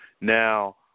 Now